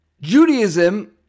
Judaism